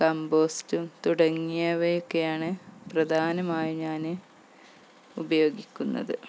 കമ്പോസ്റ്റും തുടങ്ങിയവയൊക്കെയാണ് പ്രധാനമായി ഞാന് ഉപയോഗിക്കുന്നത്